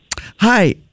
Hi